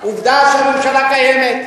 עובדה שהממשלה קיימת,